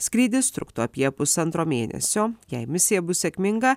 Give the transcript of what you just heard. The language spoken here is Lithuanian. skrydis truktų apie pusantro mėnesio jei misija bus sėkminga